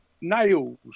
nails